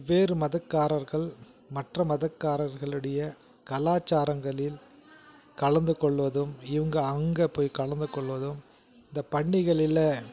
வெவ்வேறு மதக்காரர்கள் மற்ற மதக்காரர்களிடைய கலாச்சாரங்களில் கலந்துக்கொள்வதும் இவங்க அங்கே போய் கலந்து கொள்வதும் இந்தப் பண்டிகைகளில்